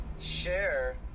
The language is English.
share